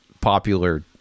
popular